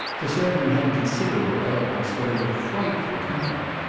the sermon had considerable eloquence, but of a frightful kind.